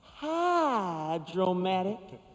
hydromatic